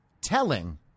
telling